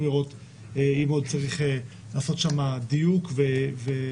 לראות אם עוד צריך לעשות שם דיוק ועיגון.